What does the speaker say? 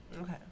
okay